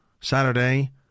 Saturday